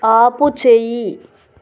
ఆపుచేయి